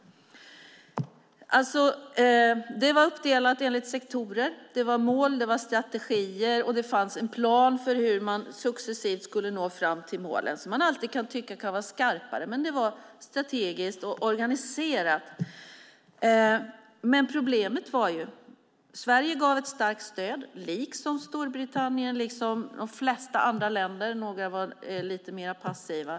Förslaget var uppdelat i sektorer. Det var mål, det var strategier och det fanns en plan för hur man successivt skulle nå fram till målen. Man kan alltid tycka att de kan vara skarpare, men det var strategiskt och organiserat. Sverige gav ett starkt stöd, liksom Storbritannien och de flesta andra länder. Några var lite mer passiva.